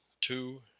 two